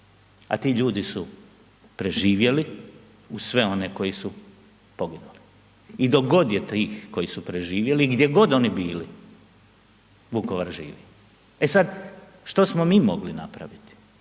a ti ljudi su preživjeli uz sve one koji su poginuli i dok god je tih koji su preživjeli i gdje god oni bili Vukovar živi. E sad, što smo mi mogli napraviti?